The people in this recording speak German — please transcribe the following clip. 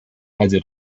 also